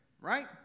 Right